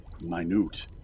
minute